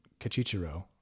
Kachichiro